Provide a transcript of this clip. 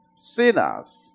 sinners